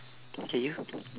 okay you